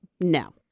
no